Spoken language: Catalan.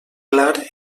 clar